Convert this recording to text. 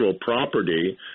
property